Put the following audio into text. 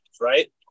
right